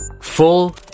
Full